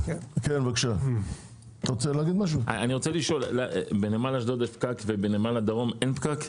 אני רוצה לשאול - בנמל אשדוד יש פקק ובנמל הדרום אין פקק?